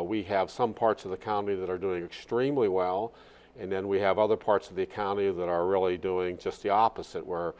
we have some parts of the county that are doing extremely well and then we have other parts of the county that are really doing just the opposite where